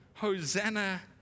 Hosanna